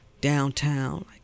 downtown